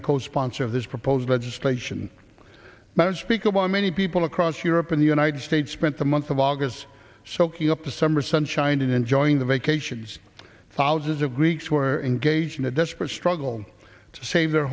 co sponsor of this proposed legislation that unspeakable many people across europe in the united states spent the month of august soaking up the summer sunshine and enjoying the vacations thousands of greeks were engaged in a desperate struggle to save their